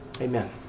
Amen